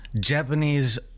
Japanese